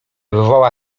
wywołała